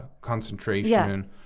concentration